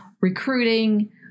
recruiting